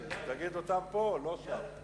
תגיד אותן פה, לא שם.